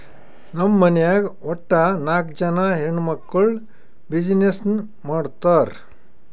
ನಮ್ ಮನ್ಯಾಗ್ ವಟ್ಟ ನಾಕ್ ಜನಾ ಹೆಣ್ಮಕ್ಕುಳ್ ಬಿಸಿನ್ನೆಸ್ ಮಾಡ್ತಾರ್